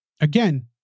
again